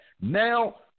Now